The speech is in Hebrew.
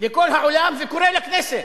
לכל העולם וקורא לכנסת: